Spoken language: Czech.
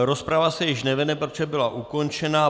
Rozprava se již nevede, protože byla ukončena.